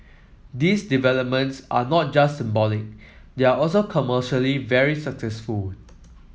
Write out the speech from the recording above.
these developments are not just symbolic they are also commercially very successful